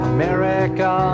America